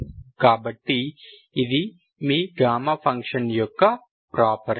కాబట్టి ఇది మీ గామా ఫంక్షన్ యొక్క ప్రాపర్టీ